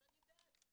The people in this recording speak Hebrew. שאני בעד,